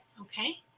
Okay